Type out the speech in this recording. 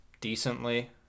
decently